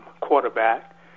quarterback